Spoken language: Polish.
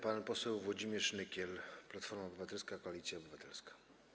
Pan poseł Włodzimierz Nykiel, Platforma Obywatelska - Koalicja Obywatelska.